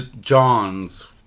John's